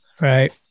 right